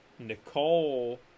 Nicole